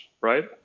right